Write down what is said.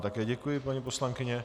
Také děkuji, paní poslankyně.